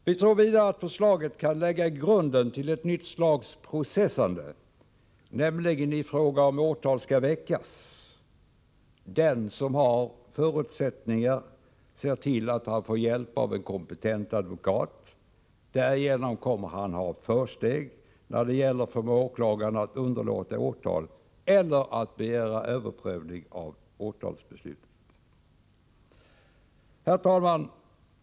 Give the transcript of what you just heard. Vi tror vidare att förslaget kan lägga grunden till ett nytt slags processande, nämligen i frågan om åtal skall väckas. Den som har förutsättningar ser till att han får hjälp av en kompetent advokat. Därigenom kommer han att ha försteg när det gäller att förmå åklagaren att underlåta att väcka åtal eller när det gäller att begära överprövning av åtalsbeslutet. Herr talman!